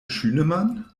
schünemann